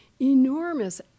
enormous